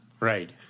Right